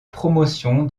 promotion